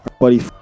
buddy